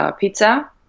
pizza